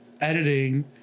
editing